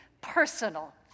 personal